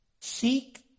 Seek